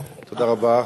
תודה רבה.